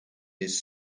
his